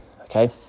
okay